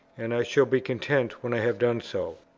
and i shall be content when i have done so.